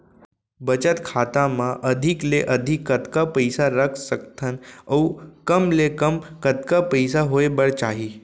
बचत खाता मा अधिक ले अधिक कतका पइसा रख सकथन अऊ कम ले कम कतका पइसा होय बर चाही?